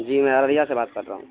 جی میں عرضیہ سے بات کر رہا ہوں